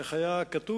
איך היה כתוב?